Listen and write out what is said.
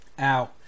Ow